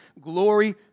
glory